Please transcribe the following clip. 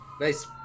nice